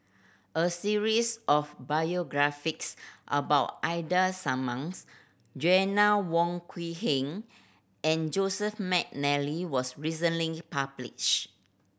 a series of biographies about Ida Simmons Joanna Wong Quee Heng and Joseph McNally was recently published